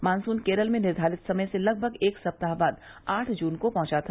monsoon Kerala में निर्घारित समय से लगभग एक सप्ताह बाद आठ जून को पहुंचा था